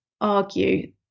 argue